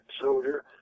soldier